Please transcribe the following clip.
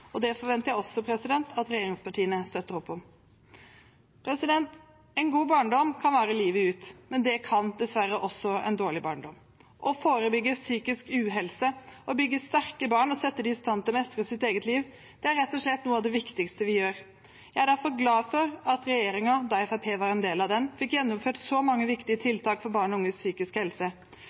og det forventer jeg også at regjeringspartiene støtter opp om. En god barndom kan vare livet ut, men det kan dessverre også en dårlig barndom. Å forebygge psykisk uhelse og bygge sterke barn og sette dem i stand til å mestre sitt eget liv er rett og slett noe av det viktigste vi gjør. Jeg er derfor glad for at regjeringen, da Fremskrittspartiet var en del av den, fikk gjennomført så mange viktige tiltak for barn og unges psykiske helse.